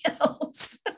else